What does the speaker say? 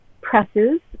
presses